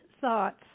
thoughts